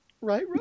Right